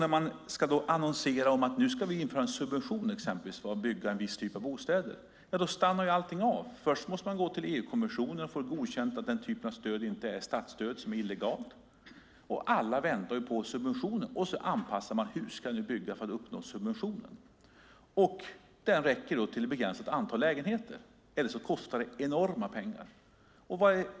När man ska annonsera om att man exempelvis ska införa en subvention för att bygga en viss typ av bostäder stannar allting av. Först måste man gå till EU-kommissionen och få denna typ av stöd godkänd. Det får inte vara statsstöd, som är illegalt. Alla väntar på subventionen, anpassar sig och tänker: Hur ska jag bygga för att få subventionen? Den räcker till ett begränsat antal lägenheter. Sedan kostar det enorma pengar.